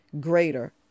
Greater